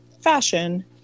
fashion